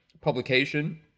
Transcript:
publication